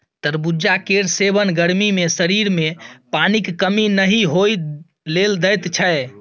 तरबुजा केर सेबन गर्मी मे शरीर मे पानिक कमी नहि होइ लेल दैत छै